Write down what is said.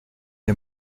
est